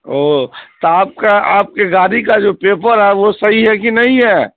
او تو آپ کا آپ کے گاڑی کا جو پیپر ہے وہ صحیح ہے کہ نہیں ہے